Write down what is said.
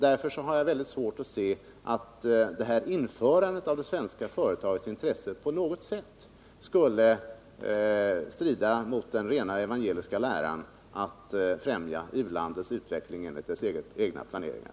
Därför har jag väldigt svårt att se att införandet av det svenska företagets intresse på något sätt skulle strida mot den rena evangeliska läran att främja u-landets utveckling enligt dess egna planeringar.